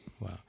Wow